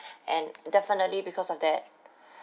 and definitely because of that